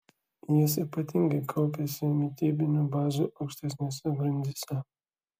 jis ypatingai kaupiasi mitybinių bazių aukštesnėse grandyse